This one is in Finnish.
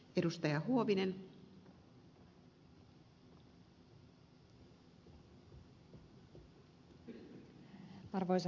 arvoisa rouva puhemies